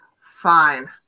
Fine